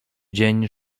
dzień